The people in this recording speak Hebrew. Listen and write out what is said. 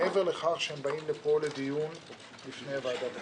מעבר לכך שהם באים לדיון בפני ועדת הכספים.